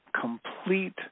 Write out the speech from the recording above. complete